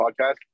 podcast